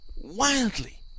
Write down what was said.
wildly